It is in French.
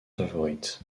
favorite